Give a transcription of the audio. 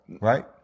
right